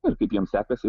ir kaip jiem sekasi